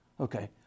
Okay